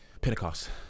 Pentecost